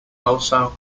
also